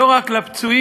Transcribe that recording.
לא רק לפצועים,